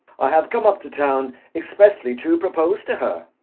i have come up to town expressly to propose to her.